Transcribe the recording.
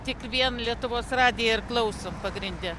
tik vien lietuvos radiją ir klausom pagrinde